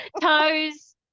Toes